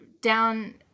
down